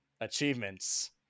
achievements